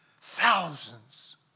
thousands